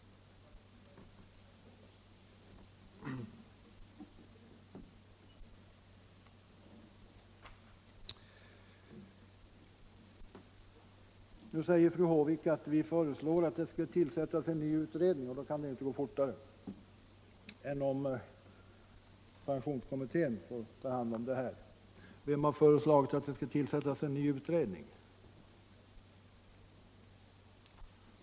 Fru Håvik säger att vi föreslår att det skall tillsättas en ny utredning och att det inte kan gå fortare då än om pensionskommittén får ta hand om saken. Vem har föreslagit att det skall tillsättas en ny utredning?